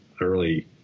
early